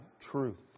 truth